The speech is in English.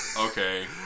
Okay